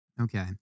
Okay